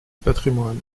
patrimoine